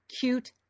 cute